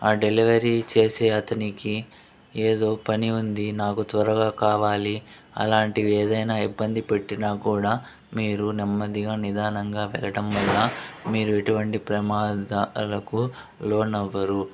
ఆ డెలివరీ చేసే అతనికి ఏదో పని ఉంది నాకు త్వరగా కావాలి అలాంటివి ఏదైనా ఇబ్బంది పెట్టినా కూడా మీరు నెమ్మదిగా నిదానంగా వెళ్ళటం వల్ల మీరు ఎటువంటి ప్రమాదాలకు లోనవ్వరు